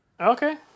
Okay